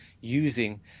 using